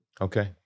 Okay